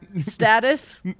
status